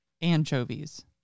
anchovies